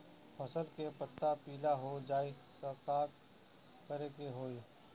फसल के पत्ता पीला हो जाई त का करेके होई?